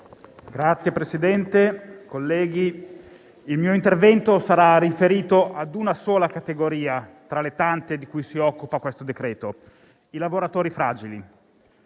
Signor Presidente, colleghi, il mio intervento sarà riferito a una sola categoria tra le tante di cui si occupa questo decreto: i lavoratori fragili.